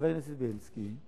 חבר הכנסת בילסקי,